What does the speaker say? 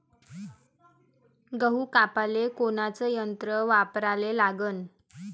गहू कापाले कोनचं यंत्र वापराले लागन?